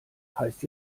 heißt